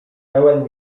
pełen